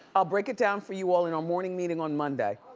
i'll break it down for you all in our morning meeting on monday.